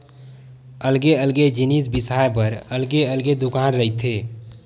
अलगे अलगे जिनिस बिसाए बर अलगे अलगे दुकान रहिथे